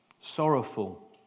sorrowful